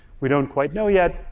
we don't quite know yet,